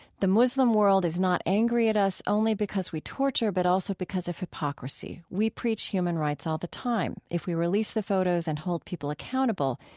the muslim world is not angry at us only because we torture but also because of hypocrisy. we preach human rights all the time. if we release the photos and hold people accountable,